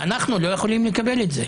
אנחנו לא יכולים לקבל את זה.